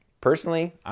Personally